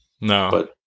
No